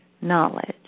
knowledge